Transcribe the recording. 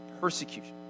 persecution